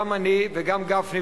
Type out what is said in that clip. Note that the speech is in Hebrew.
גם אני וגם גפני,